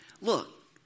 look